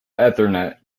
ethernet